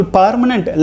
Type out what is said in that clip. permanent